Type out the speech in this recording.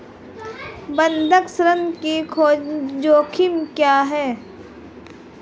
बंधक ऋण के जोखिम क्या हैं?